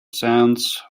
sands